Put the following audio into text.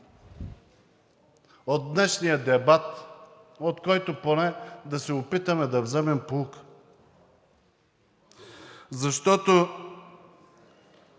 от днешния дебат, от който поне да се опитаме да вземем поука. Защото